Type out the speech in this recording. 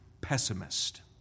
pessimist